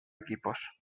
equipos